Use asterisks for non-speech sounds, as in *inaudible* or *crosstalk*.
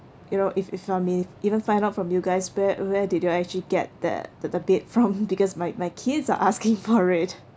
you know if if um we even find out from you guys where where did you actually get that the the bed from *laughs* because my my kids are asking *laughs* for it